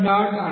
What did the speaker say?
అనుకుందాం